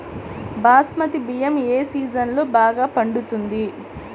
బాస్మతి బియ్యం ఏ సీజన్లో బాగా పండుతుంది?